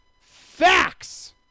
Facts